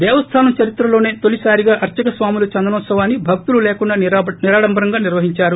దేవస్థానం చరిత్రలోసే తొలిసారిగా అర్చక స్వాములు చందనోత్పవాన్ని భక్తులు లేకుండా నిరాడంబరంగా నిర్వహిందారు